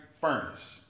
furnace